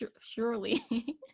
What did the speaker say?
surely